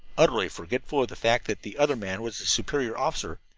utterly forgetful of the fact that the other man was his superior officer.